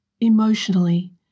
emotionally